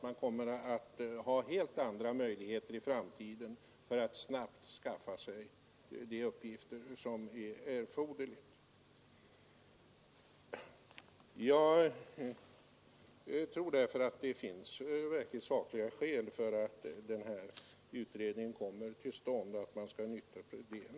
Man kommer att ha helt andra möjligheter i framtiden att snabbt skaffa sig de uppgifter som är erforderliga genom att utnyttja modern datateknik. Men i väntan härpå finns det sakliga skäl för att den här utredningen trots allt bör komma till stånd, och jag tror att man kommer att ha nytta av den.